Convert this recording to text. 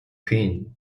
queen